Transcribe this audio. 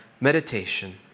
Meditation